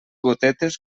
gotetes